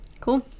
Cool